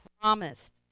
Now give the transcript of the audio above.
promised